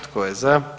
Tko je za?